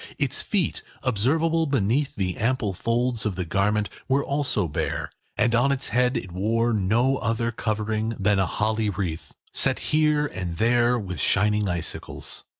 its feet, observable beneath the ample folds of the garment, were also bare and on its head it wore no other covering than a holly wreath, set here and there with shining icicles.